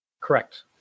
Correct